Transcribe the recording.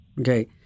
okay